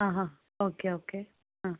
ആ ആ okay okay ആ